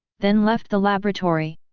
then left the laboratory.